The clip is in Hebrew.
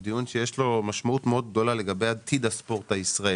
הוא דיון שיש לו משמעות מאוד גדולה לגבי עתיד הספורט הישראלי,